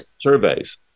surveys